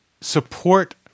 support